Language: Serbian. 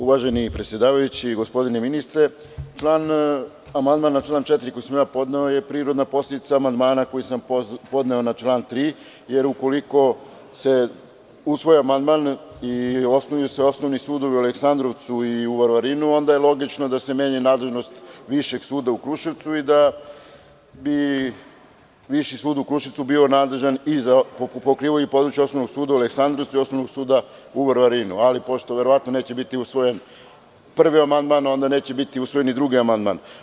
Uvaženi predsedavajući, gospodine ministre, amandman na član 4. koji sam ja podneo je prirodna posledica amandmana koji sam podneo na član 3, jer ukoliko se usvaja amandman i osnuju se Osnovni sudovi u Aleksandrovcu i u Varvarinu, onda je logično da se menja nadležnost Višeg suda u Kruševcu i da vi Viši sud u Kruševcu bio nadležan i pokrivao i područje Osnovnog suda u Aleksandrovcu i Osnovnog suda u Varvarinu, ali pošto verovatno neće biti usvojen prvi amandman, onda neće biti usvojen ni drugi amandman.